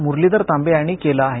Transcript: मुरलीधर तांबे यांनी केलं आहे